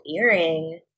earring